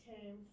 came